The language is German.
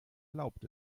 erlaubt